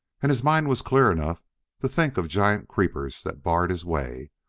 and his mind was clear enough to think of giant creepers that barred his way,